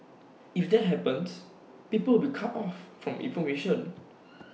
if that happens people will cut off from information